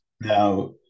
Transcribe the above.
Now